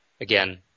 Again